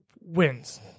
wins